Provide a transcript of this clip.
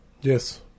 Yes